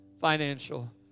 financial